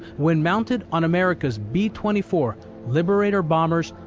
when mounted on america's b twenty four liberator bombers,